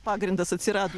pagrindas atsirado